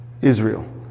Israel